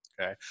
okay